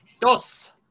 Dos